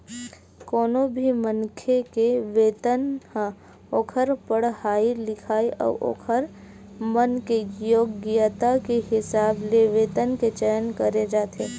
कोनो भी मनखे के वेतन ह ओखर पड़हाई लिखई अउ ओखर मन के योग्यता के हिसाब ले वेतन के चयन करे जाथे